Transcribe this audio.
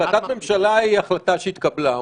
החלטת ממשלה היא החלטה שהתקבלה.